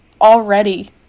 already